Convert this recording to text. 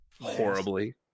horribly